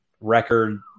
record